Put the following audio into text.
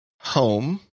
home